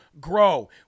grow